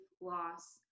loss